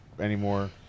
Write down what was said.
anymore